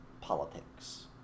politics